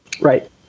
Right